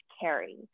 carry